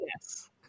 Yes